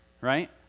right